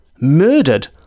murdered